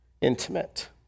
Intimate